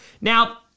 Now